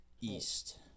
east